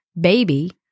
baby